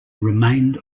remained